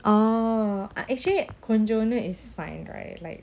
oh I actually கொஞ்சம்வந்து:konjam vandhu is fine right like